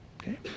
Okay